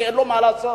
כי אין לו מה לעשות.